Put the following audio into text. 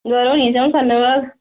दबारा होनी हून च'ऊं सालें बाद